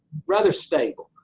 rather stable.